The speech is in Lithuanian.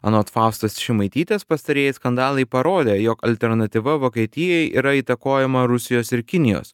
anot faustos šimaitytės pastarieji skandalai parodė jog alternatyva vokietijai yra įtakojama rusijos ir kinijos